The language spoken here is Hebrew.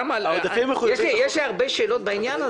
יש הרבה שאלות לשאול בעניין,